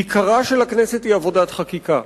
עיקרה של הכנסת הוא עבודת חקיקה,